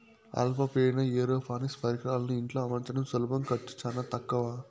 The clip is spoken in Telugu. అల్ప పీడన ఏరోపోనిక్స్ పరికరాలను ఇంట్లో అమర్చడం సులభం ఖర్చు చానా తక్కవ